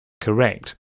correct